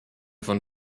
von